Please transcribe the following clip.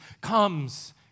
comes